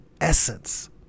essence